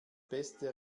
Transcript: beste